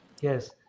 Yes